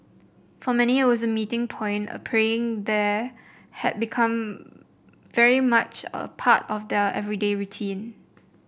for many it was a meeting point and praying there had become very much a part of their everyday routine